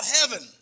heaven